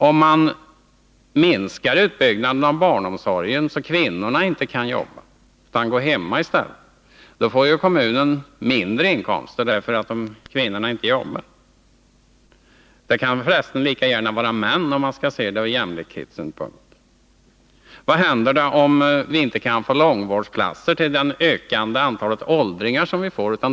Om man minskar utbyggnaden av barnomsorgen, så att kvinnorna inte kan jobba utan går hemma i stället, får ju kommunen mindre inkomster. Det kan för resten lika gärna gälla män, om man skall se det ur jämlikhetssynpunkt. Vad händer, om vi inte kan få långvårdsplatser till det ökande antalet åldringar?